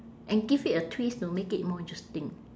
and give it a twist to make it more interesting